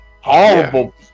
horrible